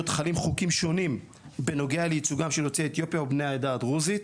חלים חוקים שונים בנוגע לייצוגם של יוצאי אתיופיה ובני העדה הדרוזית.